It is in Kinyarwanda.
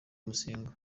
musinga